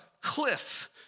cliff